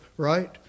right